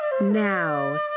Now